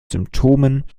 symptomen